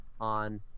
on